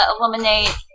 eliminate